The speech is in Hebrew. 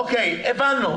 הבנו.